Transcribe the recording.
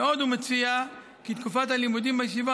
ועוד הוא מציע כי תקופת הלימודים בישיבה